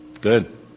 Good